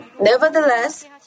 Nevertheless